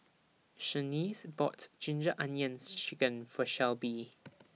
Shaniece bought Ginger Onions Chicken For Shelby